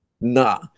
Nah